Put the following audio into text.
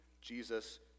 Jesus